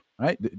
Right